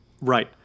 Right